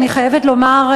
אני חייבת לומר,